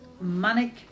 Manic